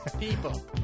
People